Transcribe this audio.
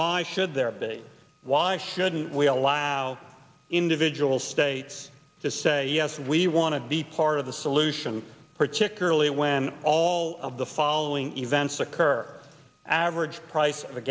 why should there be why shouldn't we allow individual states to say yes we want to be part of the solution particularly when all of the following events occur average price of